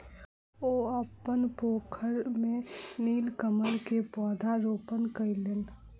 ओ अपन पोखैर में नीलकमल के पौधा रोपण कयलैन